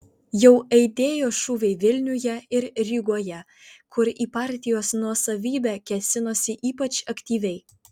jau aidėjo šūviai vilniuje ir rygoje kur į partijos nuosavybę kėsinosi ypač aktyviai